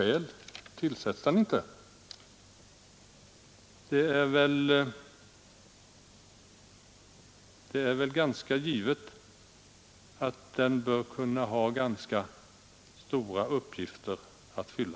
Och om så inte är fallet — av vilka väl ganska givet att den bör kunna ha ganska stora uppgifter att fylla